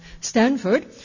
Stanford